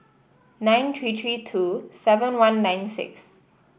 nine three three two seven one nine six